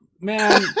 man